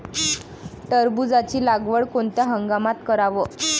टरबूजाची लागवड कोनत्या हंगामात कराव?